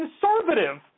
conservative